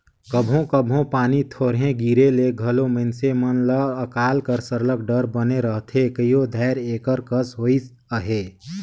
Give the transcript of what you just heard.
कभों कभों पानी थोरहें गिरे ले घलो मइनसे मन ल अकाल कर सरलग डर बने रहथे कइयो धाएर एकर कस होइस अहे